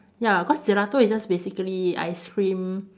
ya cause gelato is just basically ice cream